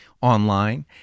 online